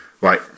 Right